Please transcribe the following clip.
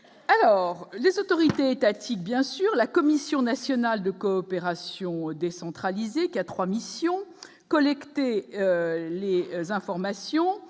alors les autorités étatiques, bien sûr, la Commission nationale de coopération décentralisée qui a 3 missions : collecter les informations,